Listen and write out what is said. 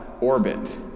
orbit